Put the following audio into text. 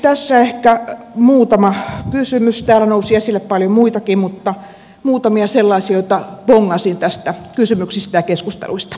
tässä ehkä muutama kysymys täällä nousi esille paljon muitakin mutta muutamia sellaisia joita bongasin näistä kysymyksistä ja keskusteluista